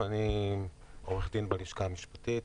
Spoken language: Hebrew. אני עורך דין בלשכה המשפטית.